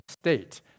state